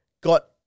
got